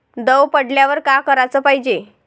दव पडल्यावर का कराच पायजे?